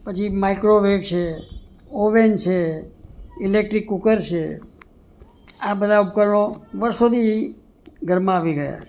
પછી માઇક્રોવેવ છે ઓવેન છે ઇલેક્ટ્રિક કૂકર છે આ બધા ઉપકરણો વર્ષોથી ઘરમાં આવી ગયા